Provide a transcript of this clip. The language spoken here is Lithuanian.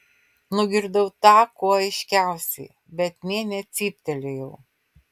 nugirdau tą kuo aiškiausiai bet nė necyptelėjau